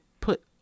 put